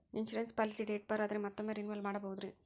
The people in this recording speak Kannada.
ಇನ್ಸೂರೆನ್ಸ್ ಪಾಲಿಸಿ ಡೇಟ್ ಬಾರ್ ಆದರೆ ಮತ್ತೊಮ್ಮೆ ರಿನಿವಲ್ ಮಾಡಬಹುದ್ರಿ?